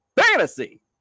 Fantasy